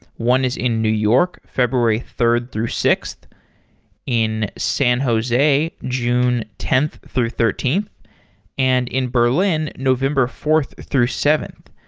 one is in new york, february third through sixth in san jose, june tenth through thirteenth and in berlin, november fourth through seventh.